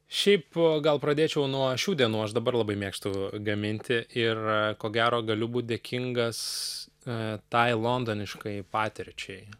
šiaip gal pradėčiau nuo šių dienų aš dabar labai mėgstu gaminti ir ko gero galiu būt dėkingas kad tai londoniškai patirčiai